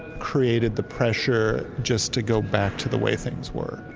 created the pressure just to go back to the way things were.